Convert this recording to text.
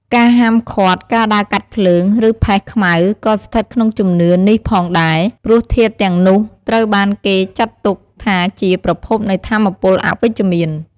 ការហាមឃាត់ការដើរកាត់ភ្លើង ឬផេះខ្មៅក៏ស្ថិតក្នុងជំនឿនេះផងដែរ ព្រោះធាតុទាំងនោះត្រូវបានគេចាត់ទុកថាជាប្រភពនៃថាមពលអវិជ្ជមាន។